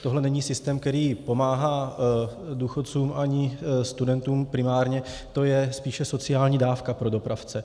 Tohle není systém, který pomáhá důchodcům ani studentům primárně, to je spíše sociální dávka pro dopravce.